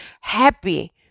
happy